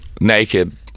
naked